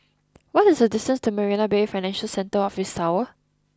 what is the distance to Marina Bay Financial Centre Office Tower